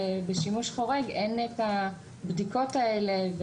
ובשימוש חורג אין את הבדיקות האלה,